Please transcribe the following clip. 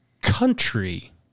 country